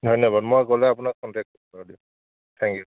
ধন্যবাদ মই গ'লে আপোনাক কণ্টেক্ট কৰিম থেংক ইউ